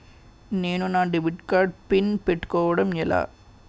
నేను నా debit card PIN పెట్టుకోవడం ఎలా?